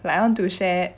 like I want to share